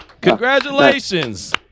Congratulations